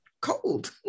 cold